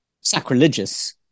sacrilegious